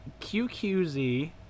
QQZ